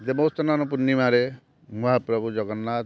ଦେବସ୍ନାନ ପୂର୍ଣ୍ଣିମାରେ ମହାପ୍ରଭୁ ଜଗନ୍ନାଥ